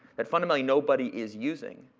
that fundamentally nobody is using.